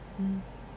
mm